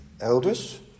Elders